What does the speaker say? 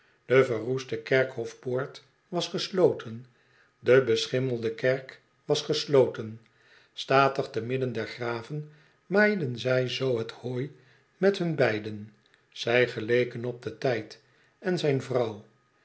de verroeste kerkhofpoort was gesloten de beschimmelde kerk was gesloten statig te midden der graven maaiden zij zoo het hooi met hun beiden zij geleken op den tijd en zijn vrouw